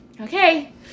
okay